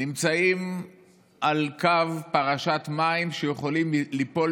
נמצאים על קו פרשת מים ויכולים ליפול